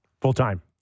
full-time